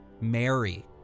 Mary